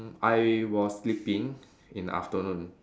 I was sleeping in the afternoon